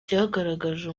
byagaragaje